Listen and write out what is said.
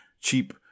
Cheap